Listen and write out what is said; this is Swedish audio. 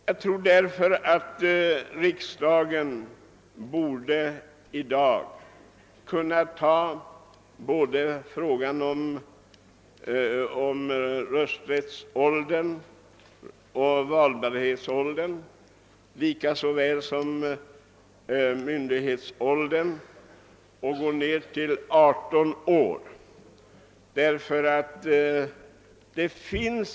Jag tror därför att riksdagen i dag borde kunna gå ned till 18 år i fråga om både rösträttsåldern och valbarhetsåldern lika väl som när det gäller myndighetsåldern.